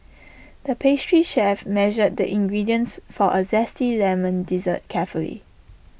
the pastry chef measured the ingredients for A Zesty Lemon Dessert carefully